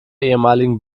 ehemaligen